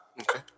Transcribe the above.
Okay